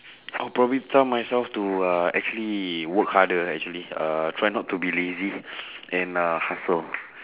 I'll probably tell myself to uh actually work harder actually uh try not to be lazy and uh hustle